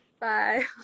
bye